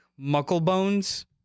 Mucklebones